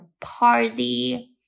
party